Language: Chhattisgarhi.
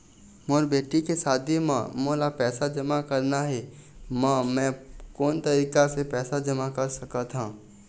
मोर बेटी के शादी बर मोला पैसा जमा करना हे, म मैं कोन तरीका से पैसा जमा कर सकत ह?